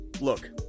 Look